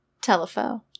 telephone